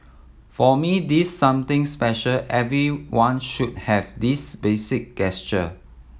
for me this something special everyone should have this basic gesture